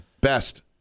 best